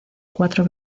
cuatro